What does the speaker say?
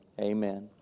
Amen